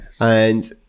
And-